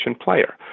player